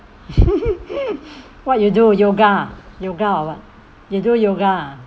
what you do yoga yoga or what you do yoga ah